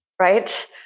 right